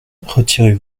retirez